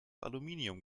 aluminium